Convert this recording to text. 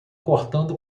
cortando